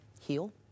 heal